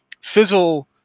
fizzle